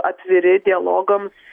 atviri dialogams